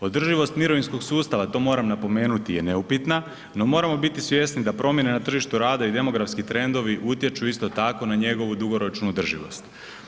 Održivost mirovinskog sustava, to moram napomenuti, je neupitna no moramo biti svjesni da promjene na tržištu rada i demografski trendovi utječu isto tako na njegovu dugoročnu održivost.